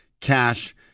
cash